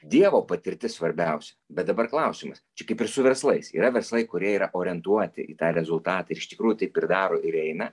dievo patirtis svarbiausia bet dabar klausimas čia kaip ir su verslais yra verslai kurie yra orientuoti į tą rezultatą ir iš tikrųjų taip ir daro ir eina